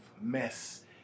mess